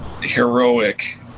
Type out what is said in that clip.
heroic